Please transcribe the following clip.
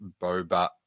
Boba